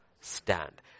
stand